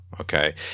okay